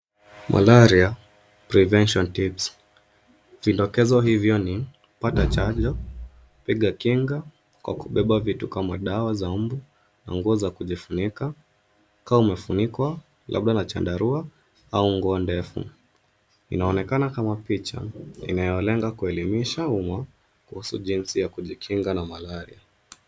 Malaria prevention tips . Vidokezo hivyo ni: pata chanjo, piga kinga kwa kubeba vitu kama dawa za mbu na nguo za kufunikwa. Kaa umefunikwa labda na chandarua au nguo ndefu. Inaonekana kama picha inayolenga kuelimisha umma kuhusu jinsi ya kujikinga na malaria.